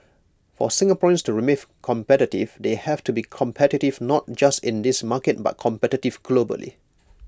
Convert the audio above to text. for Singaporeans to remain competitive they have to be competitive not just in this market but competitive globally